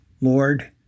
Lord